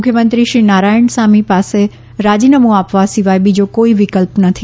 મુખ્યમંત્રી શ્રી નારાયણસામી પાસે રાજીનામું આપવા સિવાય બીજો કોઈ વિકલ્પ નથી